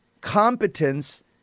competence